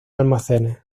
almacenes